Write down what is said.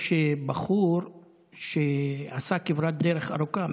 יש בחור שעשה כברת דרך ארוכה,